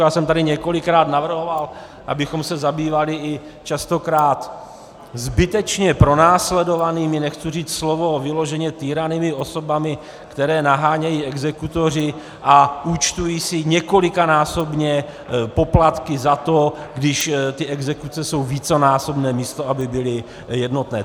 Já jsem tady několikrát navrhoval, abychom se zabývali častokrát zbytečně pronásledovanými, nechci říci slovo vyloženě týranými osobami, které nahánějí exekutoři a účtují si několikanásobně poplatky za to, když exekuce jsou vícenásobné, místo toho, aby byly jednotné.